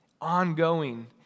Ongoing